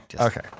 Okay